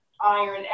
iron